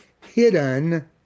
hidden